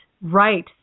right